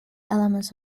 elements